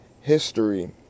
history